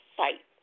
fight